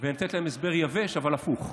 ולתת להם הסבר, יבש אבל הפוך.